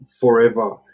forever